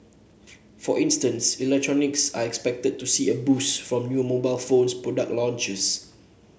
for instance electronics are expected to see a boost from new mobile phone product launches